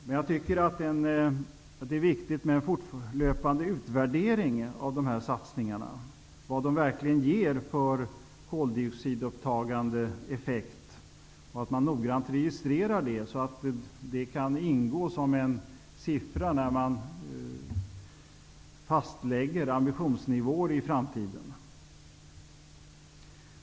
Men det är viktigt att man gör en fortlöpande utvärdering av de här satsningarna för att se vad de har för koldioxidupptagande effekt, och det är viktigt att man noggrant registrerar detta så att det kan användas när man fastlägger ambitionsnivåer i framtiden.